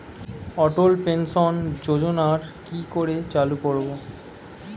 অটল pension যোজনার কি করে চালু করব?